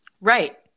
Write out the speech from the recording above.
Right